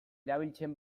erabiltzen